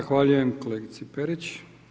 Zahvaljujem kolegici Perić.